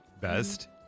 Best